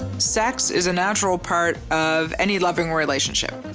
sex is a natural part of any loving relationship,